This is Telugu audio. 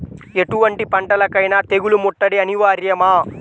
ఎటువంటి పంటలకైన తెగులు ముట్టడి అనివార్యమా?